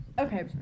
Okay